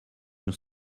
your